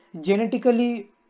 genetically